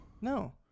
No